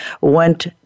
went